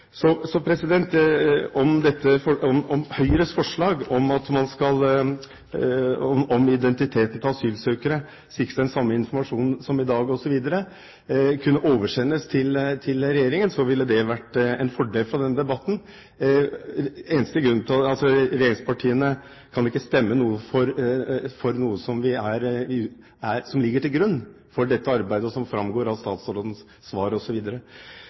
Så hvis Høyres forslag om at man når det gjelder identiteten til asylsøkere, skal sikres den samme informasjonen som i dag, osv., kunne oversendes regjeringen, ville det vært en fordel for denne debatten. Regjeringspartiene kan ikke stemme for noe som allerede ligger til grunn for dette arbeidet og som framgår av statsrådens svar,